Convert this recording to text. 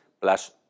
plus